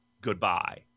goodbye